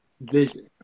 vision